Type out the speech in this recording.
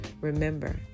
remember